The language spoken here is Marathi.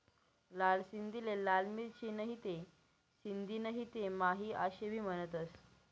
लाल सिंधीले लाल मिरची, नहीते सिंधी नहीते माही आशे भी म्हनतंस